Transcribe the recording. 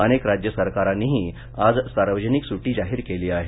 अनेक राज्य सरकारांनीही आज सार्वजनिक सुटी जाहीर केली आहे